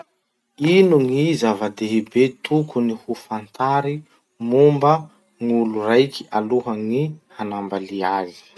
Ino gny zava-dehibe tokony ho fantary momba gn'olo raiky alohan'ny hanambalia azy?